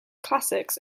classics